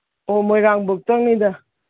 ꯑꯣ ꯃꯣꯏꯔꯥꯡꯐꯥꯎꯇꯪꯅꯤꯗ